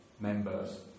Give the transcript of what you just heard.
members